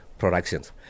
productions